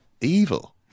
evil